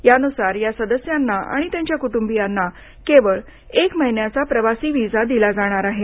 यानुसार या सदस्यांना आणि त्यांच्या कुटुंबियांना केवळ एक महिन्याचा प्रवासी व्हिसा दिला जाणार आहे